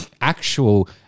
actual